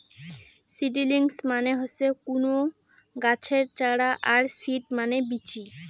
seedlings মানে হসে কুনো গাছের চারা আর সিড মানে বীচি